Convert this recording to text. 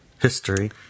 History